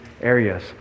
areas